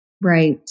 Right